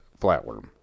flatworm